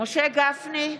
מיכל וולדיגר,